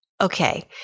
okay